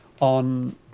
on